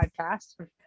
podcast